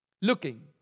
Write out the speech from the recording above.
Looking